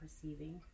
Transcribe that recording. perceiving